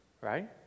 Right